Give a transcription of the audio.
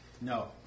No